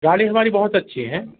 गाड़ी हमारी बहुत अच्छी हैं